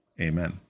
Amen